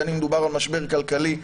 בין אם מדובר במשבר כלכלי,